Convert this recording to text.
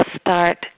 start